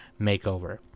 makeover